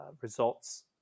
results